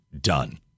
done